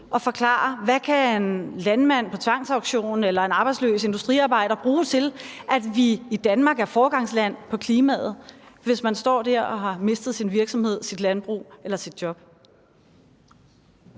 at forklare, hvad en landmand på tvangsauktion eller en arbejdsløs industriarbejder kan bruge til, at vi i Danmark er foregangsland på klimaområdet, hvis man står der og har mistet sin virksomhed, sit landbrug eller sit job.